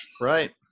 Right